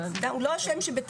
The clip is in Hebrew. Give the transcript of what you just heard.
זה לא פיטורים